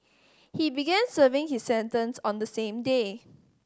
he began serving his sentence on the same day